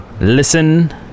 listen